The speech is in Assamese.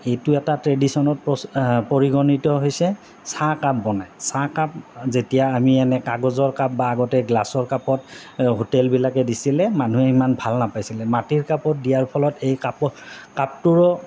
এইটো এটা ট্ৰেডিশ্যনত পৰিগণিত হৈছে চাহ কাপ বনায় চাহ কাপ যেতিয়া আমি এনে কাগজৰ কাপ বা আগতে গ্লাছৰ কাপত হোটেলবিলাকে দিছিলে মানুহে ইমান ভাল নাপাইছিলে মাটিৰ কাপত দিয়াৰ ফলত এই কাপত কাপটোৰো